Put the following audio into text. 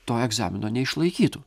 to egzamino neišlaikytų